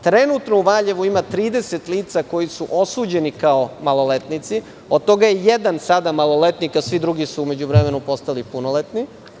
Trenutno u Valjevu ima 30 lica koja su osuđena kao maloletnici, od toga je jedan sada maloletnik, a svi drugi su u međuvremenu postali punoletni.